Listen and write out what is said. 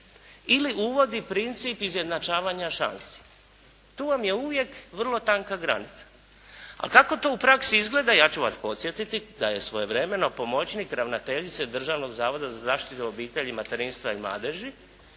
ili uvodi princip izjednačavanja šansi. Tu vam je uvijek vrlo tanka granica. Ali kako to u praksi izgleda, ja ću vas podsjetiti da je svojevremeno pomoćnik ravnateljice Državnog zavoda za zaštitu obitelji, materinstva i mladeži